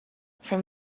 from